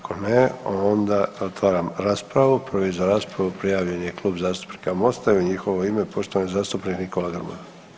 Ako ne onda otvaram raspravu, prvi za raspravu prijavljen je Klub zastupnika Mosta i u njihovo ime poštovani zastupnik Nikola Grmoja.